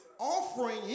offering